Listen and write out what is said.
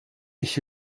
ich